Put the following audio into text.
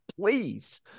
please